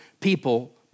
people